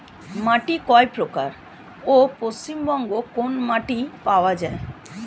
মাটি কয় প্রকার ও পশ্চিমবঙ্গ কোন মাটি পাওয়া য়ায়?